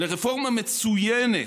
לרפורמה מצוינת.